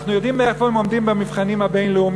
אנחנו יודעים איפה הם עומדים במבחנים הבין-לאומיים,